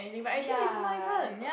ya